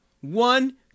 one